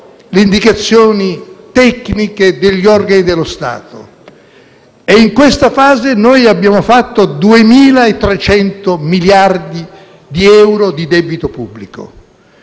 le indicazioni tecniche degli organi dello Stato e in tale fase il Paese ha fatto 2.300 miliardi di euro di debito pubblico.